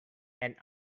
and